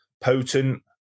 potent